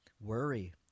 worry